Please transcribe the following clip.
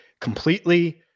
completely